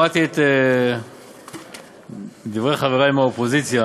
אני שמעתי את דברי חברי מהאופוזיציה,